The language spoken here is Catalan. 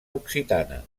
occitana